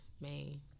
main